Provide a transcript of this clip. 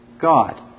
God